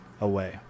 away